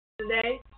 today